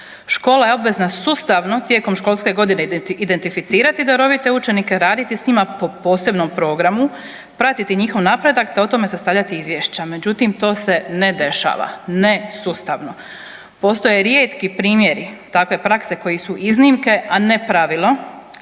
Škola je obvezna sustavno tijekom školske godine identificirati darovite učenike, raditi sa njima po posebnom programu, pratiti njihov napredak, te o tome sastavljati izvješća. Međutim, to se ne dešava ne sustavno. Postoje rijetki primjeri takve prakse koje su iznimke a ne pravilo,